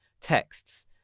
texts